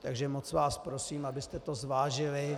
Takže moc vás prosím, abyste to zvážili.